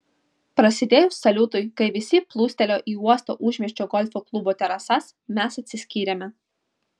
prasidėjus saliutui kai visi plūstelėjo į uosto užmiesčio golfo klubo terasas mes atsiskyrėme